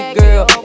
girl